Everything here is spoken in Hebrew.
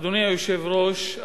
אדוני היושב-ראש,